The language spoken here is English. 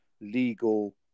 legal